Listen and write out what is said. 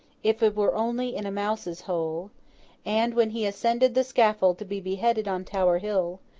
if it were only in a mouse's hole and, when he ascended the scaffold to be beheaded on tower hill,